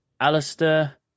Alistair